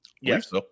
Yes